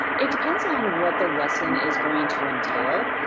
it depends on what the lesson is going to entail.